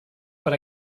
per